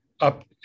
up